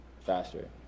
faster